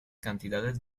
cantidades